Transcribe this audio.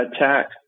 attack